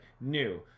new